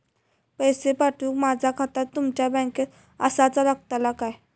पैसे पाठुक माझा खाता तुमच्या बँकेत आसाचा लागताला काय?